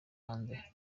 hanze